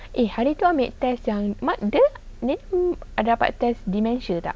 eh hari tu ambil test yang mat~ de~ dapat test dementia tak